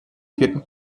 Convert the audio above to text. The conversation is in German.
vierten